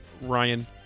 Ryan